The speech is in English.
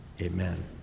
amen